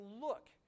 look